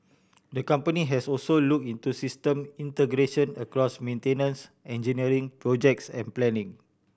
the company has also look into system integration across maintenance engineering projects and planning